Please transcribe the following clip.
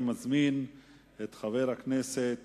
אני מזמין את חבר הכנסת